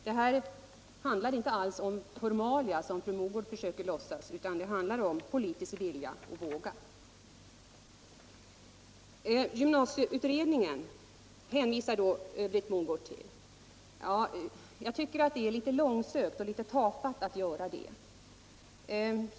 Det handlar alltså inte alls om formalia, som fru Mogård försöker göra gällande, utan det handlar om politisk vilja och om att våga. Britt Mogård hänvisar vidare till gymnasieutredningen. Jag tycker att det är litet långsökt och tafatt att göra det.